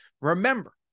Remember